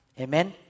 Amen